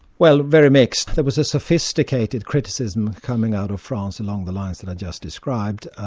well very mixed. there was a sophisticated criticism coming out of france along the lines that i just described.